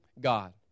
God